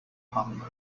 hunger